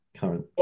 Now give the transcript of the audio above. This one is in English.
current